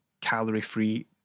calorie-free